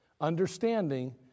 understanding